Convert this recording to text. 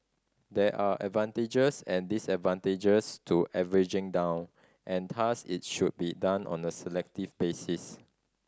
there are advantages and disadvantages to averaging down and thus it should be done on a selective basis